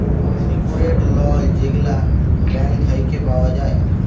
secured loan যেগলা bank থ্যাইকে পাউয়া যায়